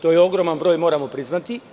To je ogroman broj, moramo priznati.